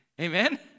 Amen